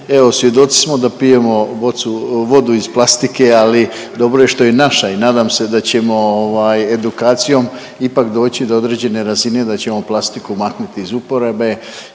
svjedoci smo da pijemo vodu iz plastike, ali dobro je što je naša i nadam se da ćemo edukacijom ipak doći do određene razine, da ćemo plastiku maknuti iz uporabe